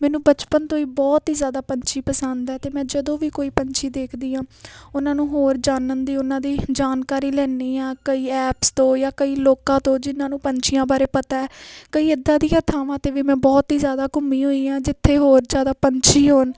ਮੈਨੂੰ ਬਚਪਨ ਤੋਂ ਹੀ ਬਹੁਤ ਹੀ ਜ਼ਿਆਦਾ ਪੰਛੀ ਪਸੰਦ ਹੈ ਅਤੇ ਮੈਂ ਜਦੋਂ ਵੀ ਕੋਈ ਪੰਛੀ ਦੇਖਦੀ ਹਾਂ ਉਹਨਾਂ ਨੂੰ ਹੋਰ ਜਾਣਨ ਦੇ ਉਹਨਾਂ ਦੇ ਜਾਣਕਾਰੀ ਲੈਂਦੀ ਹਾਂ ਕਈ ਐਪਸ ਤੋਂ ਜਾਂ ਕਈ ਲੋਕਾਂ ਤੋਂ ਜਿਹਨਾਂ ਨੂੰ ਪੰਛੀਆਂ ਬਾਰੇ ਪਤਾ ਕਈ ਇੱਦਾਂ ਦੀਆਂ ਥਾਵਾਂ 'ਤੇ ਵੀ ਮੈਂ ਬਹੁਤ ਹੀ ਜ਼ਿਆਦਾ ਘੁੰਮੀ ਹੋਈ ਹਾਂ ਜਿੱਥੇ ਹੋਰ ਜ਼ਿਆਦਾ ਪੰਛੀ ਹੋਣ